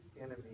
enemy